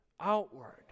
outward